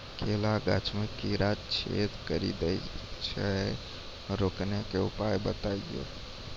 केला गाछ मे कीड़ा छेदा कड़ी दे छ रोकने के उपाय बताइए?